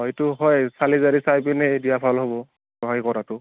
হয়টো হয় চালি জাৰি চাই পিনে দিয়া ভাল হ'ব সহায় কৰাটো